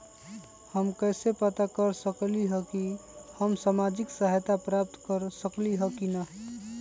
हम कैसे पता कर सकली ह की हम सामाजिक सहायता प्राप्त कर सकली ह की न?